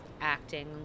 acting